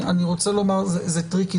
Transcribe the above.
אני רוצה לומר שזה טריקי.